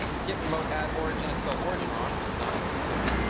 git remote at origin i spelled origin wrong, which is not what you want to do.